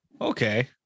Okay